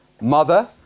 mother